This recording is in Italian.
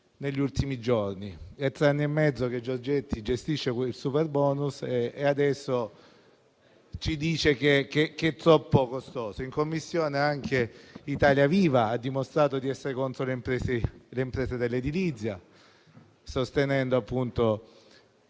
negli ultimi giorni. Sono tre anni e mezzo che Giorgetti gestisce il superbonus e adesso ci dice che è troppo costoso. In Commissione anche Italia Viva ha dimostrato di essere contro le imprese dell'edilizia, sostenendo